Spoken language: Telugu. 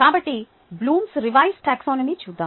కాబట్టి బ్లూమ్స్ రివైసెడ్ టాక్సానమీ చూద్దాం